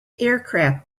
aircraft